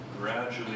gradually